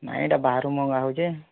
ନାଇଁ ଏଇଟା ବାହାରୁ ମଗା ହେଉଛେଁ